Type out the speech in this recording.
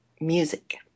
music